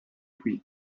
qui